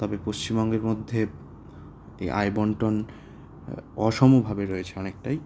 তবে পশ্চিমবঙ্গের মধ্যে এই আয় বন্টন অসমভাবে রয়েছে অনেকটাই